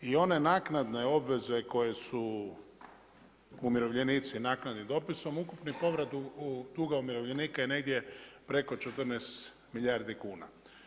I one naknadne obveze koje su umirovljenici, naknadnim dopisom, ukupni povrat duga umirovljenika je negdje preko 14 milijardi kuna.